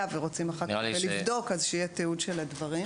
ורוצים לבדוק אז צריך שיהיה תיעוד של הדברים.